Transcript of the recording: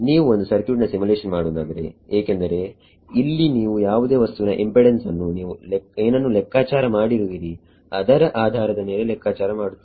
ನೀವು ಒಂದು ಸರ್ಕ್ಯೂಟ್ ನ ಸಿಮ್ಯುಲೇಶನ್ ಮಾಡುವುದಾದರೆ ಏಕೆಂದರೆ ಇಲ್ಲಿ ನೀವು ಯಾವುದೇ ವಸ್ತುವಿನ ಇಂಪೆಡೆನ್ಸ್ ಅನ್ನು ನೀವು ಏನನ್ನು ಲೆಕ್ಕಾಚಾರ ಮಾಡಿರುವಿರಿ ಅದರ ಆಧಾರದ ಮೇಲೆ ಲೆಕ್ಕಾಚಾರ ಮಾಡುತ್ತೀರಿ